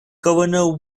governor